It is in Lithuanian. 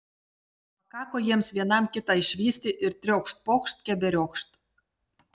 pakako jiems vienam kitą išvysti ir triokšt pokšt keberiokšt